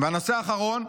והנושא האחרון,